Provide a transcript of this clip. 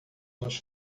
nos